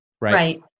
right